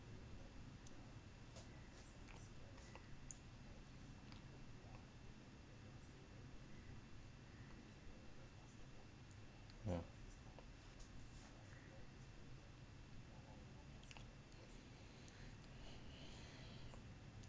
ya